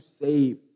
save